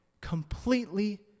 completely